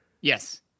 yes